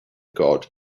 god